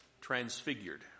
transfigured